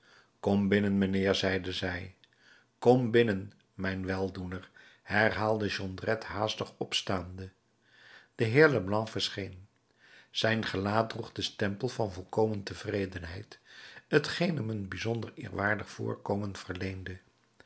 kom binnen mijnheer zeide zij kom binnen mijn weldoener herhaalde jondrette haastig opstaande de heer leblanc verscheen zijn gelaat droeg den stempel van volkomen tevredenheid t geen hem een bijzonder eerwaardig voorkomen verleende